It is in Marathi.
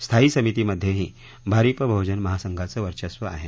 स्थायी समितीमध्यस्ती भारिप बहुजन महासंघांचं वर्चस्व आहे